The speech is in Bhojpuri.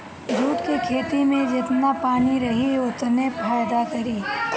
जूट के खेती में जेतना पानी रही ओतने फायदा करी